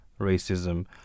racism